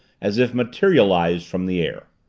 as if materialized from the air.